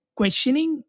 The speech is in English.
questioning